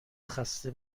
خسته